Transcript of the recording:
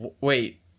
wait